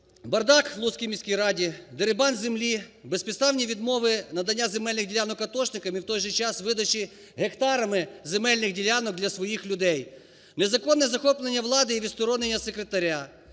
Бардак у Луцькій міській раді, дерибан землі, безпідставні відмови у наданні земельних ділянок атошникам і у той же час видачі гектарами земельних ділянок для своїх людей. Незаконне захоплення влади і відсторонення секретаря.